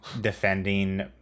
defending